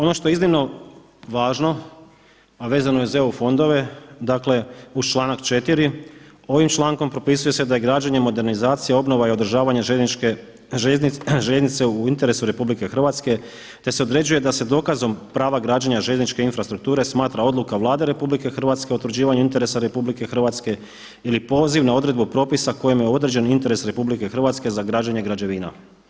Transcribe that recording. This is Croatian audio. Ono što je iznimno važno a vezano je uz EU fondove, dakle uz članak 4., ovim člankom propisuje se da je građenje, modernizacija, obnova i održavanje željeznice u interesu RH te se određuje da se dokazom prava građenja željezničke infrastrukture smatra odluka Vlade RH o utvrđivanju interesa RH ili poziv na odredbu propisa kojim je određen interes RH za građenje građevina.